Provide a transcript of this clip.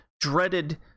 dreaded